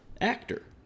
actor